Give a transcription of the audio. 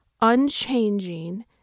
unchanging